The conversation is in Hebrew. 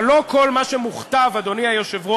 אבל לא כל מה שמוכתב, אדוני היושב-ראש,